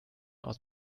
aus